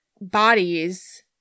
bodies